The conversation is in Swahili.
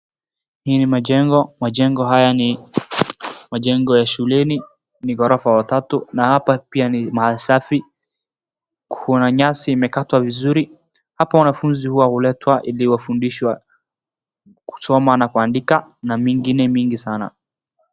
Hii ni majengo. Majengo haya ni majengo ya shuleni. Ni ghorofa tatu, na hapa pia ni mahali safi. Kuna nyasi ambayo imekatwa vizuri. Hapa wanafuzi huwa huletwa hili wafundishwe kusoma na kuandika na mengine mengi sana.